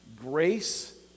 Grace